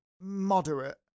moderate